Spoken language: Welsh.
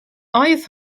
oedd